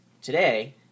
today